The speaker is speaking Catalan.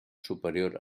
superior